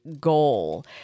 goal